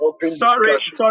Sorry